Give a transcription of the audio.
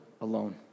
alone